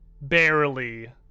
barely